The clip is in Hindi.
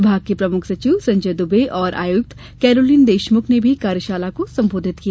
विभाग के प्रमुख सचिव संजय दुबे और आयुक्त केरोलिन देशमुख ने भी कार्यशाला को संबोधित किया